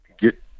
get